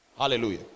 hallelujah